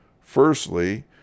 Firstly